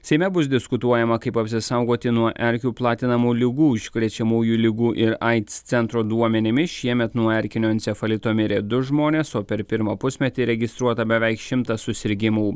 seime bus diskutuojama kaip apsisaugoti nuo erkių platinamų ligų užkrečiamųjų ligų ir aids centro duomenimis šiemet nuo erkinio encefalito mirė du žmonės o per pirmą pusmetį registruota beveik šimtą susirgimų